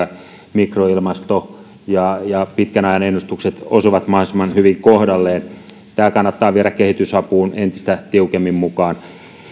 mikroilmasto ja ja pitkän ajan ennustukset osuvat mahdollisimman hyvin kohdalleen tämä kannattaa viedä kehitysapuun entistä tiukemmin mukaan